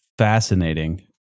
fascinating